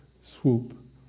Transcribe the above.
swoop